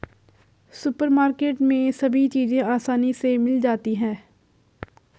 supermarket में सभी चीज़ें आसानी से मिल जाती है